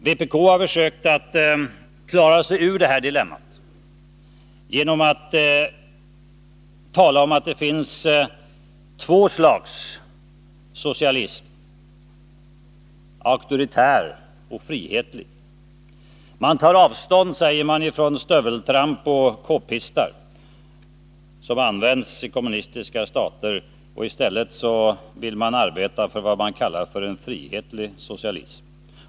Vpk har försökt klara sig ur detta dilemma genom att tala om att det finns två slags socialism, en auktoritär och en frihetlig. Man tar avstånd, säger man, från stöveltramp och kpistar som förekommer i kommunistiska stater. I stället vill man arbeta för vad man kallar en frihetlig socialism.